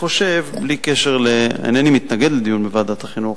אני חושב שהווקטור יהיה וקטור חיובי בסופו של דבר.